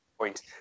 point